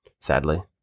sadly